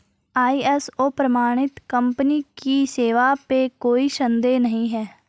ISO प्रमाणित company की सेवा पे कोई संदेह नहीं है